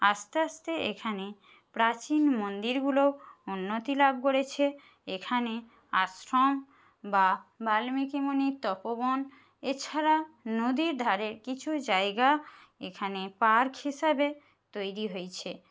আস্তে আস্তে এখানে প্রাচীন মন্দিরগুলো উন্নতি লাভ করেছে এখানে আশ্রম বা বাল্মীকি মুনির তপোবন এছাড়া নদীর ধারের কিছু জায়গা এখানে পার্ক হিসাবে তৈরি হইছে